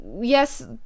Yes